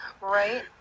Right